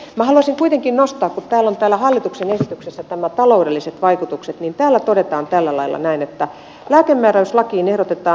minä haluaisin kuitenkin nostaa kun täällä hallituksen esityksessä on nämä taloudelliset vaikutukset että täällä todetaan tällä lailla näin